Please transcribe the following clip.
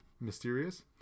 mysterious